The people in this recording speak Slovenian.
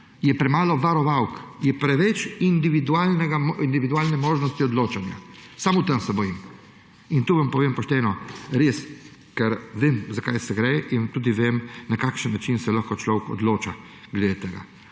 je premalo varovalk, je preveč individualne možnosti odločanja. Samo tega se bojim, in to vam povem pošteno, res, ker vem, za kaj gre, in tudi vem, na kakšen način se lahko človek odloča glede tega.